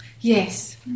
Yes